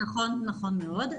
נכון מאוד,